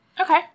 Okay